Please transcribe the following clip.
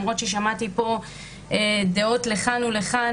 למרות ששמעתי פה דעות לכאן ולכאן,